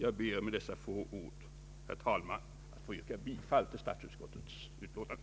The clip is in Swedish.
Jag ber med dessa få ord, herr talman, att få yrka bifall till statsutskottets utlåtande.